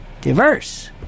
Diverse